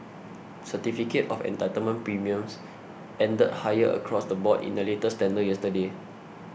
certificate of entitlement premiums ended higher across the board in the latest tender yesterday